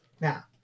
Now